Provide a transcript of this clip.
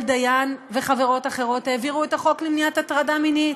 דיין וחברות אחרות העבירו את החוק למניעת הטרדה מינית.